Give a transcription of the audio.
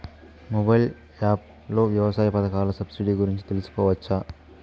Mobile app లో వ్యవసాయ పథకాల సబ్సిడి గురించి తెలుసుకోవచ్చా?